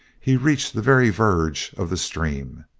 he reached the very verge of the stream.